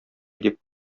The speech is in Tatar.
дип